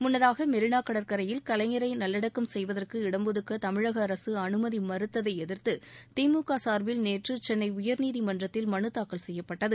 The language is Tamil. முன்னதாக மெரினா கடற்கரையில் கலைஞரை நல்லடக்கம் செய்வதற்கு இடம் ஒதுக்குவதற்கு தமிழக அரசு அனுமதி மறுத்ததை எதிர்த்து திமுக சார்பில் நேற்று சென்னை உயர்நீதிமன்றதில் மனு தாக்கல் செய்யப்பட்டது